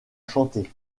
chanter